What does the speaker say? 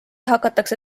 hakatakse